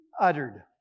uttered